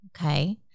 okay